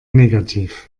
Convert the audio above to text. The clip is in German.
negativ